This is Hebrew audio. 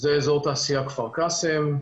זה אזור תעשיה כפר קאסם,